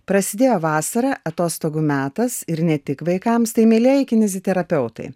prasidėjo vasara atostogų metas ir ne tik vaikams tai mielieji kineziterapeutai